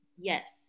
Yes